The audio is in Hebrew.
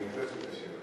אני הקראתי את השם שלך.